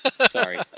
Sorry